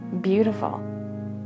beautiful